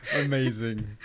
Amazing